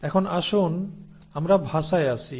এখন আসুন আমরা ভাষায় আসি